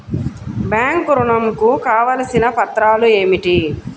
Bank ఋణం కు కావలసిన పత్రాలు ఏమిటి?